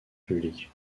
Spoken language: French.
public